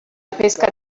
pesca